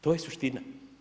To je suština.